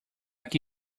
que